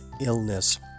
illness